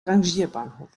rangierbahnhof